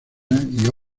alemania